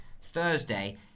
Thursday